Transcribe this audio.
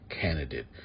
Candidate